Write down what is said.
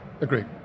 agreed